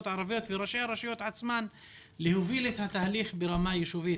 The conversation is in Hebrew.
הערביות וראשי הרשויות עצמן הוא להוביל את התהליך ברמה יישובית.